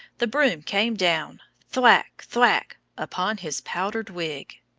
the broom came down thwack! thwack! upon his powdered wig.